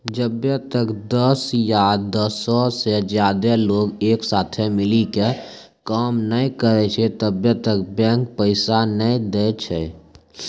जब्बै तक दस या दसो से ज्यादे लोग एक साथे मिली के काम नै करै छै तब्बै तक बैंक पैसा नै दै छै